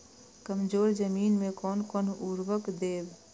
कमजोर जमीन में कोन कोन उर्वरक देब?